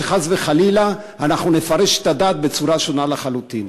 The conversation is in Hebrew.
שחס וחלילה אנחנו נפרש את הדת בצורה שונה לחלוטין.